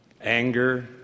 Anger